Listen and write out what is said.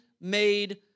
made